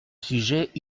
sujet